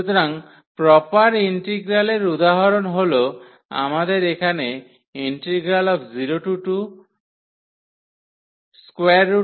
সুতরাং প্রপার ইন্টিগ্রালের উদাহরণ হল আমাদের এখানে 02x21dx রয়েছে